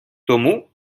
тому